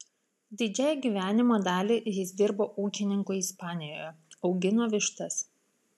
didžiąją gyvenimo dalį jis dirbo ūkininku ispanijoje augino vištas